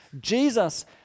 Jesus